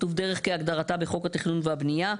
כתוב "דרך כהגדרתה בחוק התכנון והבנייה".